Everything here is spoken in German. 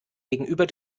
gegenüber